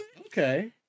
Okay